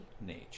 nature